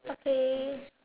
okay